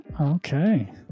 Okay